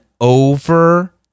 over